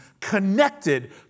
connected